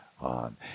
on